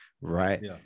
Right